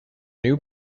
new